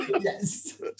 yes